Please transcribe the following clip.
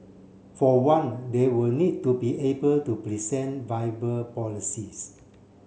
for one they will need to be able to present viable policies